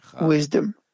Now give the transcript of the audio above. wisdom